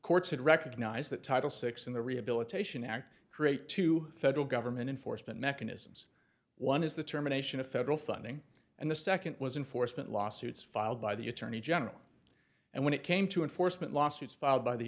courts had recognized that title six in the rehabilitation act create two federal government enforcement mechanisms one is the term a nation of federal funding and the second was in force mint lawsuits filed by the attorney general and when it came to enforcement lawsuits filed by the